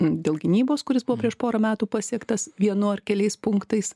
dėl gynybos kuris buvo prieš porą metų pasiektas vienu ar keliais punktais